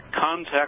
Contact